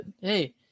hey